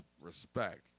respect